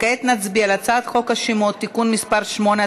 וכעת נצביע על הצעת חוק השמות (תיקון מס' 8),